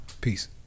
peace